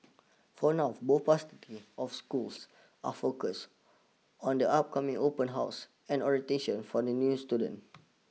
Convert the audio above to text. for now both pairs of schools are focused on the upcoming open houses and orientation for the new students